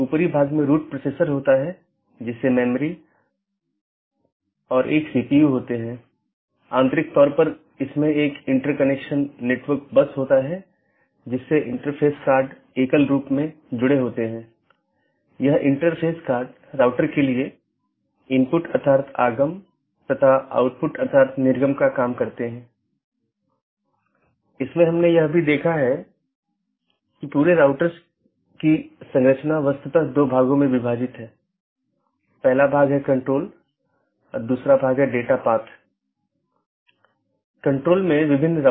यदि आप पिछले लेक्चरों को याद करें तो हमने दो चीजों पर चर्चा की थी एक इंटीरियर राउटिंग प्रोटोकॉल जो ऑटॉनमस सिस्टमों के भीतर हैं और दूसरा बाहरी राउटिंग प्रोटोकॉल जो दो या उससे अधिक ऑटॉनमस सिस्टमो के बीच है